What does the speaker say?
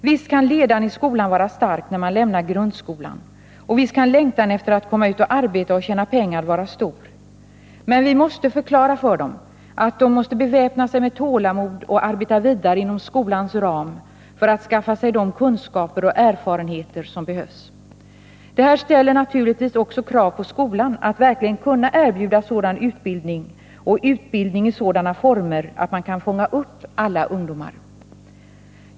Visst kan ledan i skolan vara stark när man lämnar grundskolan, och visst kan längtan efter att komma ut och arbeta och tjäna pengar vara stor. Men vi måste förklara för dem, att de måste beväpna sig med tålamod och arbeta vidare inom skolans ram för att skaffa sig de kunskaper och erfarenheter som behövs. Det här ställer naturligtvis också krav på skolan att verkligen kunna erbjuda sådan utbildning och utbildning i sådana former att man kan fånga upp alla ungdomar.